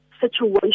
situation